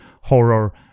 horror